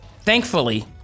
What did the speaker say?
thankfully